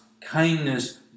kindness